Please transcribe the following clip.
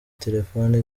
telefone